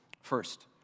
First